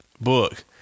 book